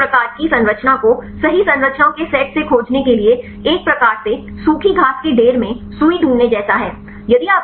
यह इस प्रकार की संरचना को सही संरचनाओं के सेट से खोजने के लिए एक प्रकार से सूखी घास के ढेर मै सुई ढूंढने जैसा है